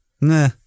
Nah